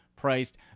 Priced